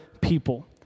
people